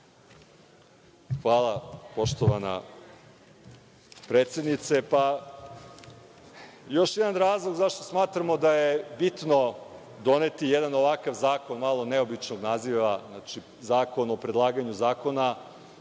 Hvala poštovana predsednice. Još jedan razlog zašto smatramo da je bitno doneti jedan ovakav zakon malo neobičnog naziva, Zakon o predlaganju zakona,